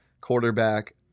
quarterback